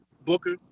Booker